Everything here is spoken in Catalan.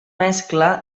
mescla